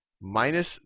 minus